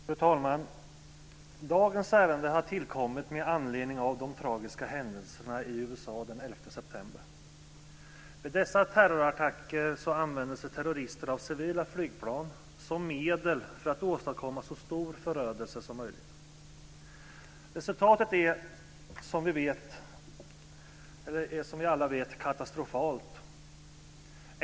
Fru talman! Dagens ärende har tillkommit med anledning av de tragiska händelserna i USA den 11 september. Vid dessa terrorattacker använde sig terrorister av civila flygplan som medel för att åstadkomma så stor förödelse som möjligt. Resultatet är, som vi alla vet, katastrofalt.